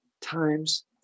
times